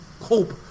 hope